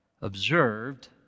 observed